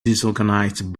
disorganized